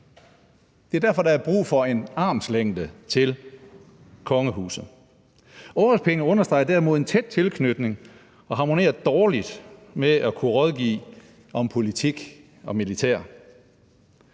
Det er derfor, der er brug for en armslængde til kongehuset. Årpenge understreger derimod en tæt tilknytning og harmonerer dårligt med at kunne rådgive om politik og militær.